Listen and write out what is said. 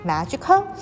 Magical